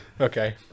Okay